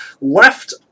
left